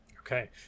Okay